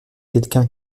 quelqu’un